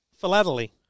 philately